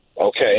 Okay